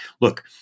Look